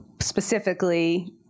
specifically